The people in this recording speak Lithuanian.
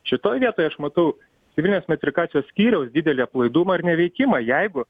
šitoj vietoj aš matau civilinės metrikacijos skyriaus didelį aplaidumą ir neveikimą jeigu